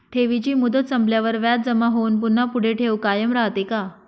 ठेवीची मुदत संपल्यावर व्याज जमा होऊन पुन्हा पुढे ठेव कायम राहते का?